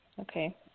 Okay